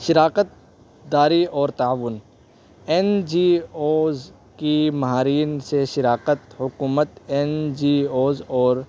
شراکت داری اور تعاون این جی اوز کی ماہرین سے شراکت حکومت این جی اوز اور